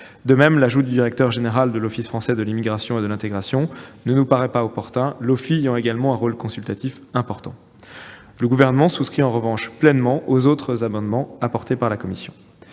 De même, l'ajout du directeur général de l'Office français de l'immigration et de l'intégration (OFII) ne nous paraît pas opportun, cet organisme ayant également un rôle consultatif important. Le Gouvernement est en revanche pleinement favorable aux autres amendements adoptés par la commission